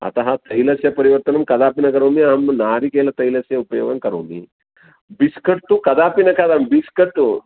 अतः तैलस्य परिवर्तनं कदापि न करोमि अहं नारिकेलतैलस्य उपयोगं करोमि बिक्सट् तु कदापि न खादामि बिस्कट् तु